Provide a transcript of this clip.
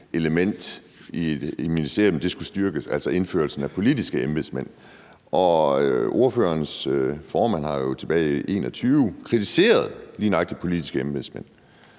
element i et ministerium skulle styrkes, altså ved indførelsen af politiske embedsmænd. Og ordførerens formand har jo tilbage i 2021 kritiseret lige nøjagtig politiske embedsmænd.